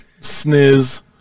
sniz